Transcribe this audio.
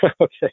Okay